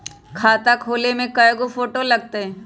खाता खोले में कइगो फ़ोटो लगतै?